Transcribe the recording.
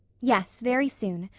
yes, very soon.